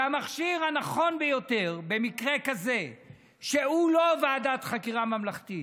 והמכשיר הנכון ביותר במקרה כזה הוא לא ועדת חקירה ממלכתית,